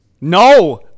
No